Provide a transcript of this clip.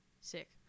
Sick